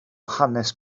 hanes